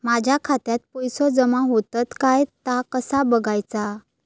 माझ्या खात्यात पैसो जमा होतत काय ता कसा बगायचा?